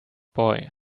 boy